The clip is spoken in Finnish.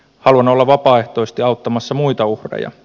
haluan olla vapaaehtoisesti auttamassa muita uhreja